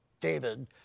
David